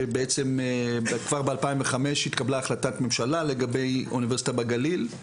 שכבר ב- 2005 התקבלה החלטת ממשלה לגבי אוניברסיטה בגליל,